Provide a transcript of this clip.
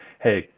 Hey